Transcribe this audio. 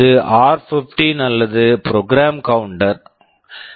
இது ஆர்15 r15 அல்லது ப்ரோக்ராம் கவுண்டர் program counter